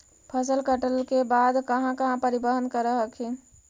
फसल कटल के बाद कहा कहा परिबहन कर हखिन?